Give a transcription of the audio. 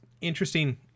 interesting